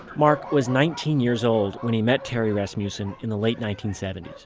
mark was nineteen years old when he met terry rasmussen in the late nineteen seventy s,